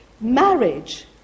Marriage